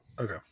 Okay